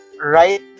Right